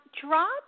Drop